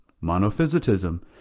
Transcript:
monophysitism